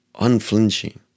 Unflinching